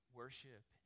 worship